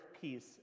peace